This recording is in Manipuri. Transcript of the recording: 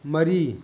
ꯃꯔꯤ